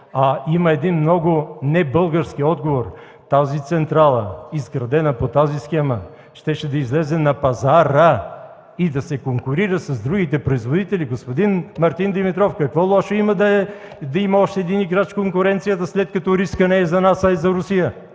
Има един много не български отговор: тази централа, изградена по тази схема, щеше да излезе на па-за-ра и да се конкурира с другите производители. Господин Мартин Димитров, какво лошо има да има още един играч в конкуренцията след като рискът не е за нас, а за Русия?